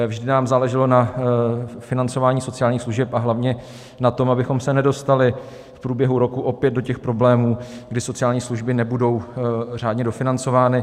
Vždy nám záleželo na financování sociálních služeb a hlavně na tom, abychom se nedostali v průběhu roku opět do těch problémů, kdy sociální služby nebudou řádně dofinancovány.